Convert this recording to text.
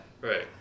right